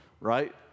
Right